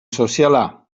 soziala